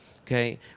Okay